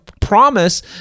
promise